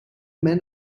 men